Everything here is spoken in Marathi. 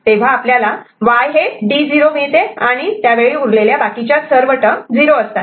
तेव्हा Y D0 आणि त्यावेळी उरलेल्या बाकीच्या सर्व टर्म 0 असतात